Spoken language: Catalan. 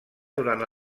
durant